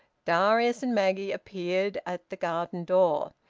darius and maggie appeared at the garden door.